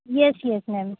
yes yes ma'am